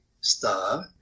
star